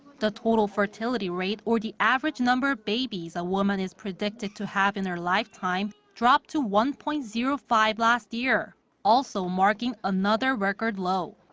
the total fertility rate, or the average number of babies a woman is predicted to have in her lifetime, dropped to one point zero five last year also marking another record low.